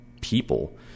people